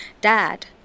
dad